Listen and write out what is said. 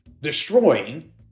destroying